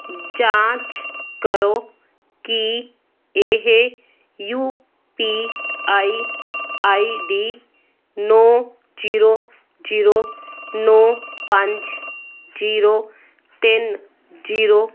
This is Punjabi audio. ਜਾਂਚ ਕਰੋ ਕਿ ਇਹ ਯੂਪੀਆਈ ਆਈਡੀ ਨੌਂ ਜੀਰੋ ਜੀਰੋ ਨੌਂ ਪੰਜ ਜੀਰੋ ਤਿੰਨ ਜੀਰੋ